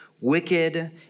wicked